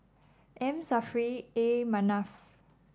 M Saffri A Manaf